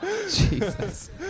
Jesus